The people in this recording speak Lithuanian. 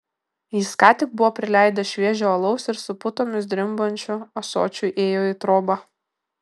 jis ką tik buvo prileidęs šviežio alaus ir su putomis drimbančiu ąsočiu ėjo į trobą